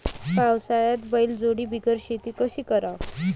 पावसाळ्यात बैलजोडी बिगर शेती कशी कराव?